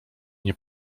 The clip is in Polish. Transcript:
nie